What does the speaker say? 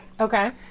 Okay